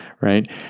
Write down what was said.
right